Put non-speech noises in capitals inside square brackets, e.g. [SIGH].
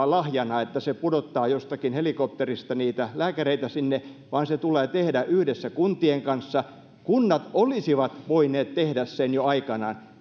[UNINTELLIGIBLE] lahjana että se pudottaa jostakin helikopterista niitä lääkäreistä sinne vaan se tulee tehdä yhdessä kuntien kanssa kunnat olisivat voineet tehdä sen jo aikanaan [UNINTELLIGIBLE]